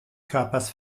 körpers